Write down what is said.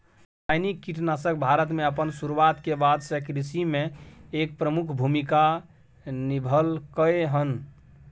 रासायनिक कीटनाशक भारत में अपन शुरुआत के बाद से कृषि में एक प्रमुख भूमिका निभलकय हन